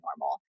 normal